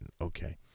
Okay